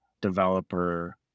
developer